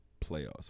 playoffs